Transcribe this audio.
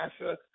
NASA